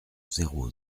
zéro